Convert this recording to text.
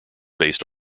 based